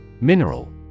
Mineral